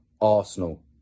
Arsenal